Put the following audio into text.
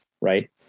right